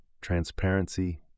transparency